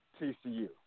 TCU